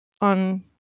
on